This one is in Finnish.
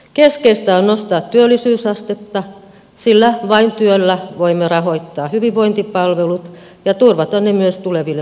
keskeistä on nostaa työllisyysastetta sillä vain työllä voimme rahoittaa hyvinvointipalvelut ja turvata ne myös tuleville sukupolville